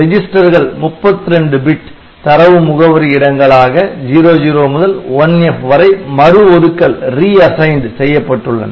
ரெஜிஸ்டர்கள் 32 பிட் தரவு முகவரி இடங்களாக 00 முதல் 1F வரை மறு ஒதுக்கல் செய்யப்பட்டுள்ளன